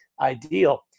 ideal